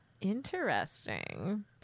Interesting